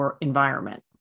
environment